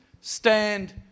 stand